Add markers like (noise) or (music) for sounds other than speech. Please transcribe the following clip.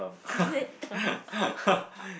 is it oh (laughs)